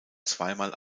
zweimal